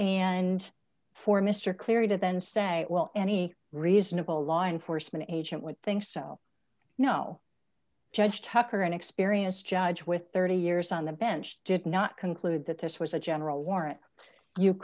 and for mr clary to then say well any reasonable law enforcement agent would think so no judge tucker an experienced judge with thirty years on the bench did not conclude that this was a general warrant you